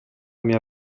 mia